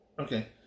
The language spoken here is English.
Okay